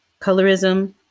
colorism